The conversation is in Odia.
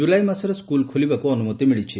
କୁଲାଇ ମାସରେ ସ୍କୁଲ ଖୋଲିବାକୁ ଅନୁମତି ମିଳିଛି